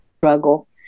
struggle